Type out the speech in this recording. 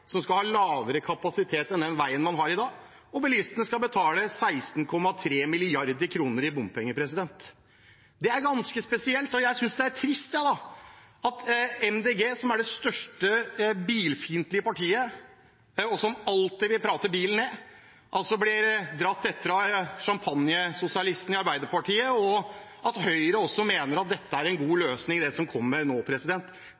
som skal ha lavere kapasitet enn den veien man har i dag, og bilistene skal betale 16,3 mrd. kr i bompenger. Det er ganske spesielt. Og jeg synes det er trist at Miljøpartiet De Grønne, som er det største bilfiendtlige partiet – og som alltid vil prate bilen ned – blir dratt etter av champagnesosialistene i Arbeiderpartiet, og at Høyre også mener at det som kommer nå, er en god løsning. Dette er en